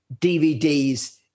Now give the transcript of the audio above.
DVDs